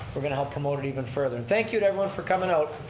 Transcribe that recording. we're going to help promote it even further and thank you to everyone for coming out.